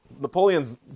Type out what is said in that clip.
Napoleon's